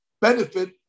benefit